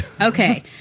Okay